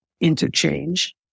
interchange